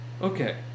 Okay